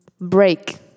break